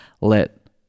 let